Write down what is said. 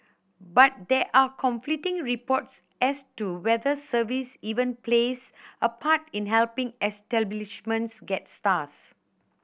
but there are conflicting reports as to whether service even plays a part in helping establishments get stars